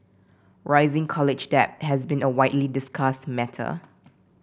rising college debt has been a widely discussed matter